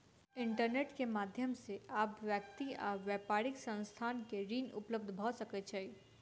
internet के माध्यम से आब व्यक्ति आ व्यापारिक संस्थान के ऋण उपलब्ध भ सकै छै